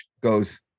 goes